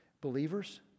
Believers